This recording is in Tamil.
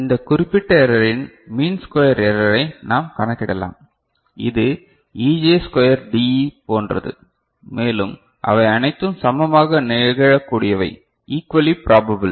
இந்த குறிப்பிட்ட எரரின் மீன் ஸ்குயர் எரரரை நாம் கணக்கிடலாம் இது Ej ஸ்குயர் டிஇ போன்றது மேலும் அவை அனைத்தும் சமமாக நிகழக்கூடியவை ஈகுவலி பிராபபில்